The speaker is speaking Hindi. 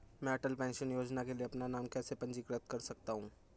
मैं अटल पेंशन योजना के लिए अपना नाम कैसे पंजीकृत कर सकता हूं?